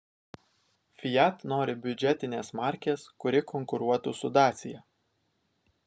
fiat nori biudžetinės markės kuri konkuruotų su dacia